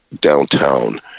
downtown